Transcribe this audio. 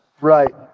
Right